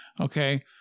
Okay